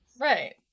Right